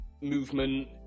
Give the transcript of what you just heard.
movement